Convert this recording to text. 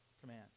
command